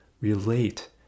relate